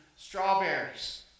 Strawberries